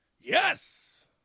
Yes